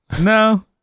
No